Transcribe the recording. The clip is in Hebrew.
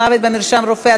מוות במרשם רופא),